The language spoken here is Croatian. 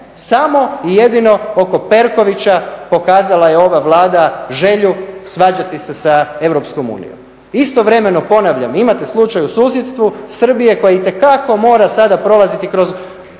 samo i jedino oko Perkovića pokazala je ova Vlada želju svađati sa Europskom unijom. Istovremeno, ponavljam, imate slučaj u susjedstvu Srbije koja itekako mora sada prolaziti kroz